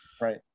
right